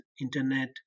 internet